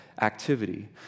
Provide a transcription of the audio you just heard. activity